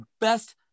best